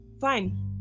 fine